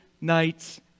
night's